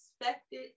expected